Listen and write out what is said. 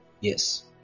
yes